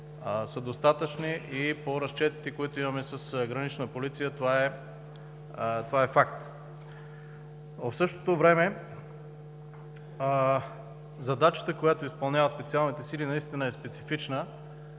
са достатъчни и по разчетите, които имаме с Гранична полиция, това е факт. В същото време задачата, която изпълняват „Специалните сили“, наистина е специфична.